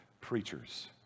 preachers